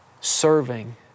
serving